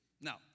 Now